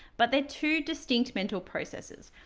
but they're two distinct mental processes.